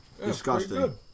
Disgusting